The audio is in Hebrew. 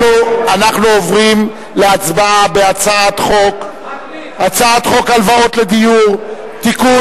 אנחנו עוברים להצבעה על הצעת חוק הלוואות לדיור (תיקון,